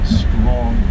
strong